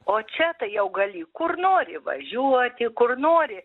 o čia tai jau gali kur nori važiuoti kur nori